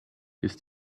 his